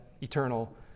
eternal